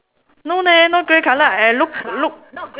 no leh no grey colour I look look